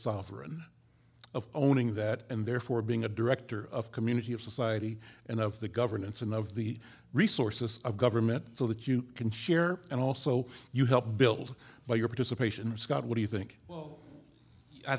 sovereign of owning that and therefore being a director of community of society and of the governance and of the resources of government so that you can share and also you help build by your participation scott what do you think